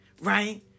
Right